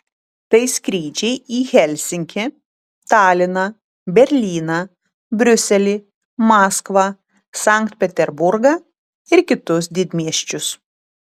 tai skrydžiai į helsinkį taliną berlyną briuselį maskvą sankt peterburgą ir kitus didmiesčius